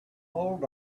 old